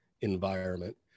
environment